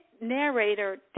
narrator